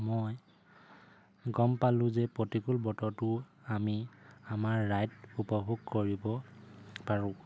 মই গম পালোঁ যে প্ৰতিকূল বতৰটো আমি আমাৰ ৰাইড উপভোগ কৰিব পাৰোঁ